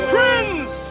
Friends